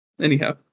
Anyhow